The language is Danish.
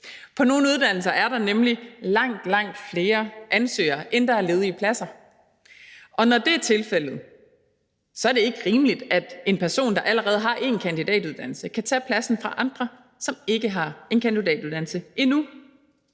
På nogle uddannelser er der nemlig langt, langt flere ansøgere, end der er ledige pladser, og når det er tilfældet, er det ikke rimeligt, at en person, der allerede har en kandidatuddannelse, kan tage pladsen fra andre, som endnu ikke har en kandidatuddannelse.